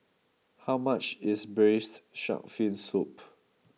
how much is Braised Shark Fin Soup